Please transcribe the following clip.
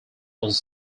was